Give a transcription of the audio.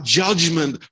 judgment